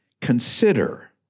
consider